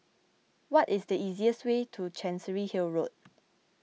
what is the easiest way to Chancery Hill Road